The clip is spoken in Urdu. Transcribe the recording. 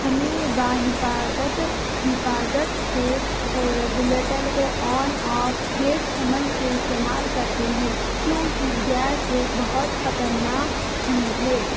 ہمیں باحفاظت حفاظت سے ریگولیٹر کو آن آف دیکھ سنبھل کے استعمال کرتے ہیں کیونکہ گیس ایک بہت خطرناک چیز ہے